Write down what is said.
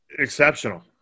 Exceptional